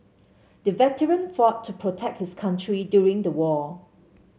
the veteran fought to protect his country during the war